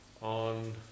on